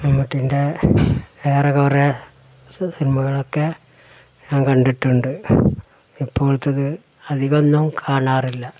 മമ്മൂട്ടിൻറ്റെ ഏറെക്കുറെ സിനിമകളൊക്കെ ഞാൻ കണ്ടിട്ടുണ്ട് ഇപ്പോളത്തത് അധികമൊന്നും കാണാറില്ല